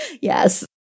Yes